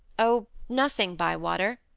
oh, nothing, bywater.